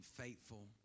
faithful